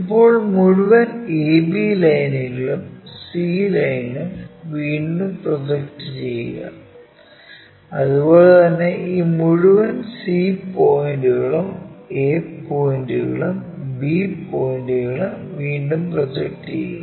ഇപ്പോൾ മുഴുവൻ ab ലൈനുകളും c ലൈനും വീണ്ടും പ്രൊജക്റ്റ് ചെയ്യുക അതുപോലെ തന്നെ ഈ മുഴുവൻ c പോയിന്റുകളും a പോയിന്റുകളും b പോയിന്റുകളും വീണ്ടും പ്രോജക്ട് ചെയ്യുക